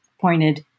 pointed